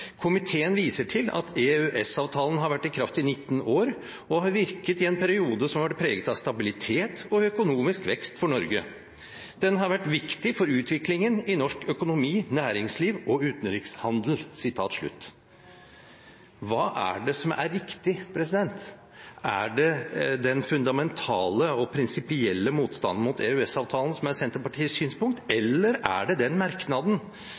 viser til at EØS-avtalen har vært i kraft i 19 år og har virket i en periode som har vært preget av stabilitet og økonomisk vekst for Norge. Den har vært viktig for utviklingen i norsk økonomi, næringsliv og utenrikshandel.» Hva er det som er riktig? Er det den fundamentale og prinsipielle motstanden mot EØS-avtalen som er Senterpartiets synspunkt, eller er det den merknaden